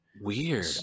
Weird